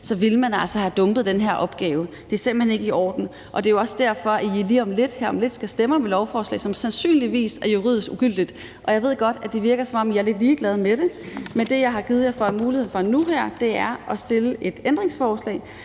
så ville man altså have dumpet den her opgave. Det er simpelt hen ikke i orden, og det er jo også derfor, at I her om lidt skal stemme om et lovforslag, som sandsynligvis er juridisk ugyldigt. Jeg ved godt, at det virker, som om I er lidt ligeglade med det, men det, jeg så har givet jer mulighed for nu her, er at stemme om et ændringsforslag,